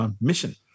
mission